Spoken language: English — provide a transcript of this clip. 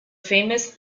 famous